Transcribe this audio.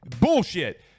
Bullshit